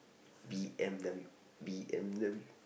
b_m_w b_m_w